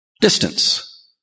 distance